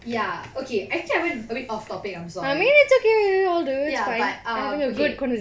ya okay actually I went a bit off topic I'm sorry ya but um okay